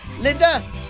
Linda